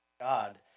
God